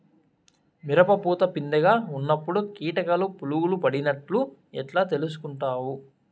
మిరప పూత పిందె గా ఉన్నప్పుడు కీటకాలు పులుగులు పడినట్లు ఎట్లా తెలుసుకుంటావు?